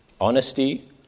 Honesty